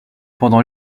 pendant